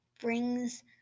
brings